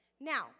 Now